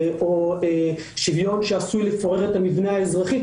או שוויון שעשוי לפורר את המבנה האזרחי,